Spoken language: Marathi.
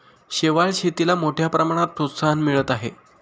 शेवाळ शेतीला मोठ्या प्रमाणात प्रोत्साहन मिळत आहे